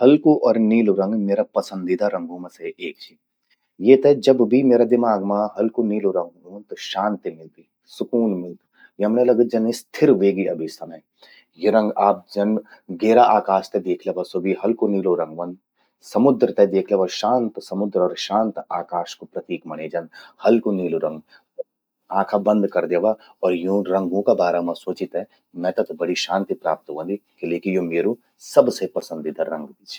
हल्कु अर नीलू रंग म्येरा पसंदीदा रंगू मां से एक चि। ते जब भी म्येरा दिमाग मां हल्कु नीलु रंग ऊंद, त शांति मिल्दी, सुकून मिल्द। यमण्ये लगद अब यो स्थिर व्हेगि समय। यि रंग आप जन गेरा आकाश ते द्येख ल्यवा, ज्वो भी हल्कू नीलू रंग व्हंद। समुद्र ते द्येख ल्यवा, शांत समुद्र अर शांत आकाश कु प्रतीक मण्ये जंद। हल्कु नीलू रंग आंखा बंद कर द्यावा अर यूं रंगू का बारा मां स्वोचि ते मैते त बड़ि शांति प्राप्त व्हंदि। किले कि यो म्येरु सबसे पसंदीदा रंग भी चि।